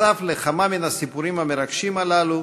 נחשף לכמה מהסיפורים המרגשים הללו,